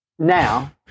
Now